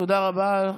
תודה רבה,